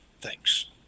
thanks